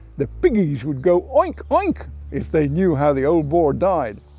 the piggies would go oink oink if they knew how the old boar died.